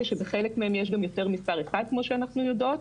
כשבחלק מהם יש יותר משר אחד כמו שאנחנו יודעות,